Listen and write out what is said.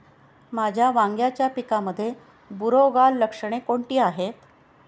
माझ्या वांग्याच्या पिकामध्ये बुरोगाल लक्षणे कोणती आहेत?